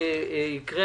מי נגד?